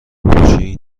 بکشی